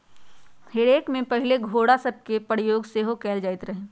हे रेक में पहिले घोरा सभके प्रयोग सेहो कएल जाइत रहै